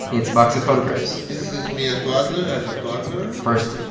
it's a box of photographs this is me a toddler as a toddler first,